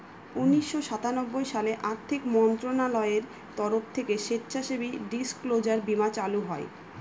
উনিশশো সাতানব্বই সালে আর্থিক মন্ত্রণালয়ের তরফ থেকে স্বেচ্ছাসেবী ডিসক্লোজার বীমা চালু হয়